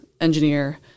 engineer